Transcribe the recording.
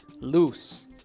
Loose